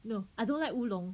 no I don't like 乌龙